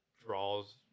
draws